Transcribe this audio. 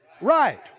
right